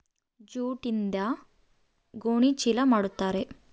ಜೂಟ್ಯಿಂದ ಗೋಣಿ ಚೀಲ ಮಾಡುತಾರೆ